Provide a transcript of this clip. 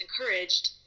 encouraged